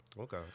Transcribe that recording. Okay